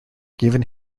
given